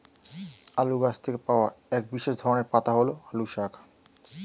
আলু গাছ থেকে পাওয়া এক বিশেষ ধরনের পাতা হল আলু শাক